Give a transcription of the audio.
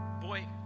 boy